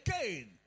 again